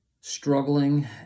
struggling